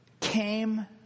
came